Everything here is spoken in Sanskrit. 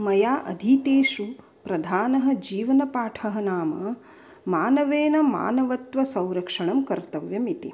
मया अधीतेषु प्रधानः जीवनपाठः नाम मानवेन मानवत्त्वसंरक्षणं कर्तव्यमिति